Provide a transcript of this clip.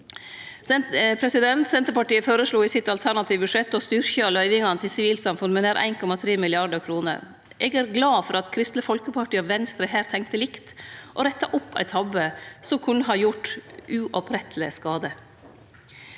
Senterpartiet føreslo i sitt alternative budsjett å styrkje løyvingane til sivilsamfunn med nær 1,3 mrd. kr. Eg er glad for at Kristeleg Folkeparti og Venstre her tenkte likt og retta opp ein tabbe som kunne ha gjort uoppretteleg skade.